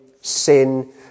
sin